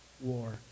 war